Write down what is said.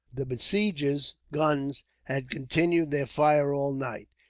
the besiegers' guns had continued their fire all night,